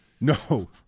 No